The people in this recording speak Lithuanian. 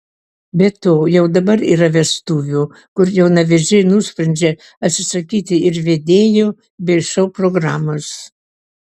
be to jau dabar yra vestuvių kur jaunavedžiai nusprendžia atsisakyti ir vedėjų bei šou programos